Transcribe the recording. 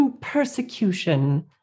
persecution